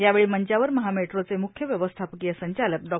यावेळी मंचावर महामेट्रोचे मुख्य व्यवस्थापकीय संचालक ॉ